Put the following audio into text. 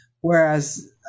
Whereas